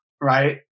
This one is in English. Right